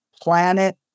planet